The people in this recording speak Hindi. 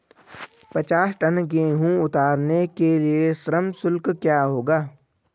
पचास टन गेहूँ उतारने के लिए श्रम शुल्क क्या होगा?